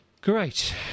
Great